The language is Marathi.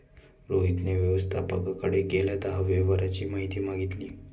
रोहितने व्यवस्थापकाकडे गेल्या दहा व्यवहारांची माहिती मागितली